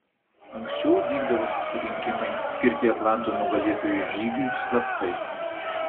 anksčiau vykdavo susirinkimai skirti atlanto nugalėtojų žygiui slaptai